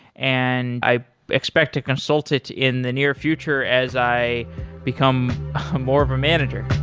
and i expect to consult it in the near future as i become more of a manager.